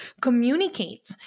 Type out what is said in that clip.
communicate